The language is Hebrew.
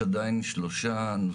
כן.